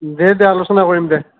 দে দে আলোচনা কৰিম দে